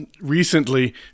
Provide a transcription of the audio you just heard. recently